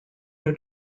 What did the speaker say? new